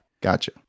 Gotcha